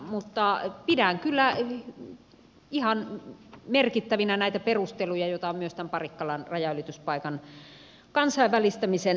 mutta pidän kyllä ihan merkittävinä näitä perusteluja joita on myös tämän parikkalan rajanylityspaikan kansainvälistämisen puolesta esitetty